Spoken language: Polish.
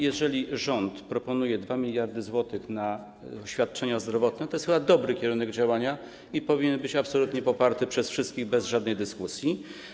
Jeżeli rząd proponuje 2 mld zł na świadczenia zdrowotne, to jest to chyba dobry kierunek działania i powinien on być absolutnie poparty przez wszystkich bez żadnej dyskusji.